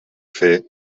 fer